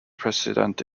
president